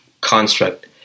construct